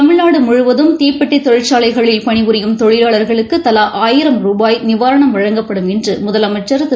தமிழ்நாடுமுழுவதும் தீப்பெட்டிதொழிற்சாலைகளில் பணிபுரியும் தொழிலாளர்களுக்குதலாஆயிரம் ரூபாய் நிவாரணம் வழங்கப்படும் என்றுமுதலமைச்சன் திரு